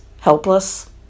helpless